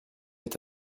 est